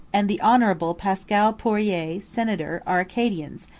and the hon. pascal poirier, senator, are acadians,